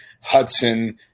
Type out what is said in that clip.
Hudson